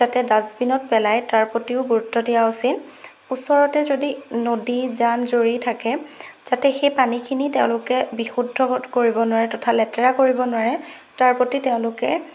যাতে ডাষ্টবিনত পেলায় তাৰ প্ৰতিও গুৰুত্ব দিয়া উচিত ওচৰতে যদি নদী জান জুৰি থাকে যাতে সেই পানীখিনি তেওঁলোকে বিশুদ্ধ ক কৰিব নোৱাৰে তথা লেতেৰা কৰিব নোৱাৰে তাৰ প্ৰতি তেওঁলোকে